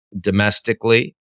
domestically